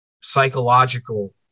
psychological